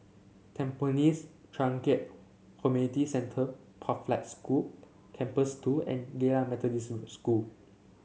Tampines Changkat Community Centre Pathlight School Campus Two and Geylang Methodist School